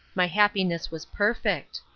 my happiness was perfect.